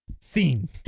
Scene